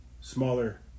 smaller